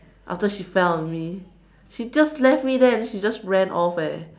after she fell on me she just left me there and then she just ran off eh